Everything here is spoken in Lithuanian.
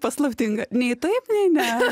paslaptinga nei taip nei ne